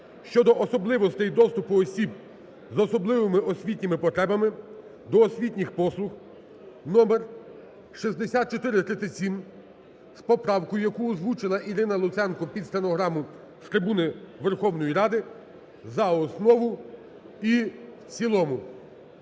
(щодо особливостей доступу осіб з особливими освітніми потребами до освітніх послуг) (номер 6437) з поправкою, яку озвучила Ірина Луценко під стенограму з трибуни Верховної Ради, за основу і в цілому.